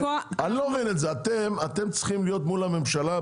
אתם צריכים להיות מול הממשלה.